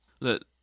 look